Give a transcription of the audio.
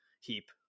heap